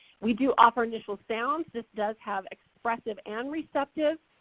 we do offer initial sounds. this does have expressive and receptive